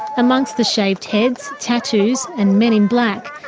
amongst the shaved heads, tattoos and men in black,